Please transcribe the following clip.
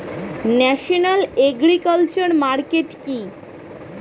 National agriculture market কি?